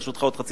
ברשותך,